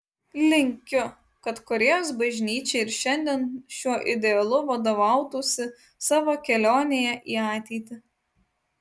linkiu kad korėjos bažnyčia ir šiandien šiuo idealu vadovautųsi savo kelionėje į ateitį